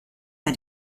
bei